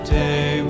day